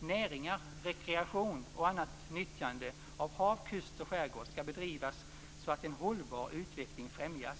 "Näringar, rekreation och annat nyttjande av hav, kust och skärgård skall bedrivas så att en hållbar utveckling främjas."